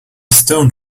stone